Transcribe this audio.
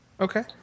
Okay